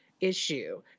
issue